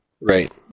Right